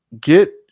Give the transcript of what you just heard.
get